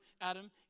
Adam